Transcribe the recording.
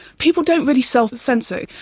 people don't really self-censor.